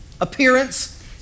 appearance